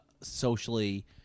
socially